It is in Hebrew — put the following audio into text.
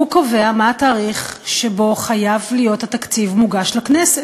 והוא קובע מה התאריך שבו חייב להיות התקציב מוגש לכנסת.